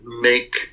make